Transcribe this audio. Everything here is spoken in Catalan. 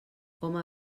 home